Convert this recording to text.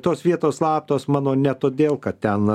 tos vietos slaptos mano ne todėl kad ten